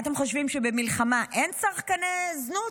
מה אתם חושבים, שבמלחמה אין צרכני זנות?